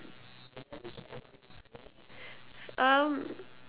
um